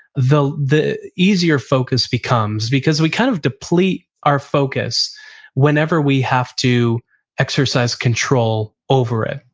the the easier focus becomes because we kind of deplete our focus whenever we have to exercise control over it.